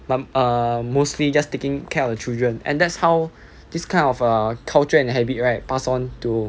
but err mostly just taking care of the children and that's how this kind of err culture and habit right pass on to